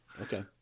Okay